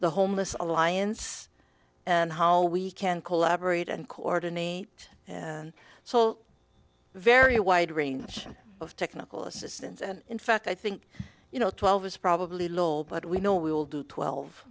the homeless alliance and how we can collaborate and coordinate and so very a wide range of technical assistance and in fact i think you know twelve is probably low but we know we will do